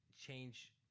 change